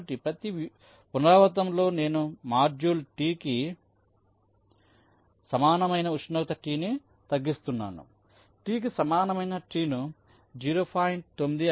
కాబట్టి ప్రతి పునరావృతంలో నేను షెడ్యూల్ T కి సమానమైన ఉష్ణోగ్రత T ని తగ్గిస్తున్నాను T కి సమానమైన T ను 0